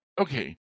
okay